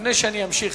לפני שאמשיך,